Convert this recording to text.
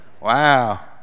Wow